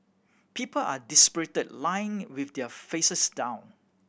people are dispirited lying with their faces down